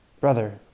Brother